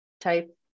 type